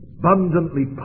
abundantly